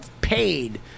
paid